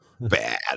bad